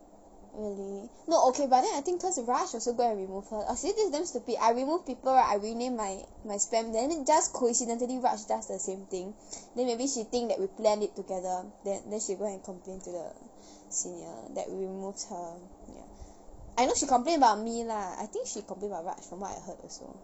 really no okay but then I think cause raj also go and remove her eh see this is damn stupid I remove people right I renamed my my spam then then just coincidentally raj does the same thing then maybe she think that we planned it together then then she go and complain to the senior that we remove her ya I know she complain about me lah I think she complain about raj from what I heard also